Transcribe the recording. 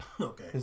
Okay